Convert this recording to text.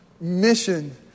Mission